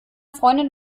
freundin